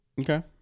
Okay